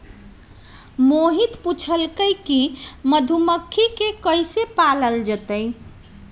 मोहित पूछलकई कि मधुमखि के कईसे पालल जतई